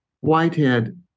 Whitehead